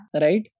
right